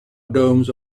domes